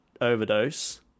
overdose